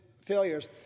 failures